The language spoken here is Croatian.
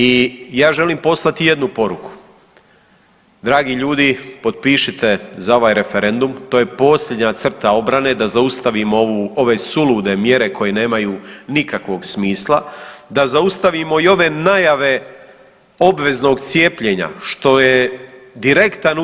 I ja želim poslati jednu poruku, dragi ljudi potpišite za ovaj referendum to je posljednja crta obrane da zaustavimo ove sulude mjere koje nemaju nikakvog smisla, da zaustavimo i ove najave obveznog cijepljenja što je direktan